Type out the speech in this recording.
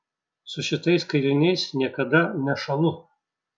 su šitais kailiniais niekada nešąlu